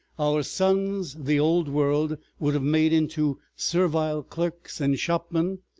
our sons the old world would have made into servile clerks and shopmen,